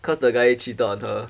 cause the guy cheated on her